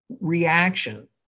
reaction